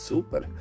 Super